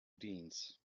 deans